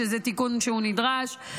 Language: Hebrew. שזה תיקון שהוא נדרש.